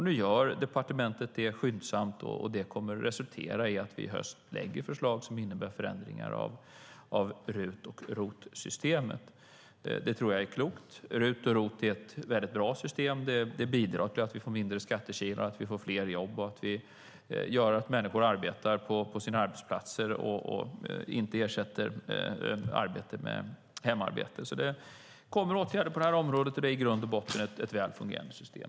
Nu gör departementet det skyndsamt, och det kommer att resultera i att vi i höst lägger fram förslag som innebär förändringar av RUT och ROT-systemet. Det tror jag är klokt. RUT och ROT-systemet är väldigt bra. Det bidrar till att vi får mindre skattekilar och fler jobb, gör att människor arbetar på sina arbetsplatser och inte ersätter arbete med hemmaarbete. Det kommer åtgärder på det här området, och det är i grund och botten ett väl fungerande system.